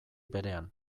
berean